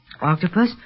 Octopus